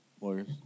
lawyers